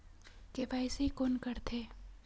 KYC कोन करथे?